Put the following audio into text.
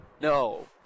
No